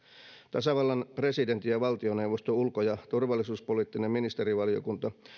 tasavallan presidentti ja valtioneuvoston ulko ja turvallisuuspoliittinen ministerivaliokunta